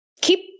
keep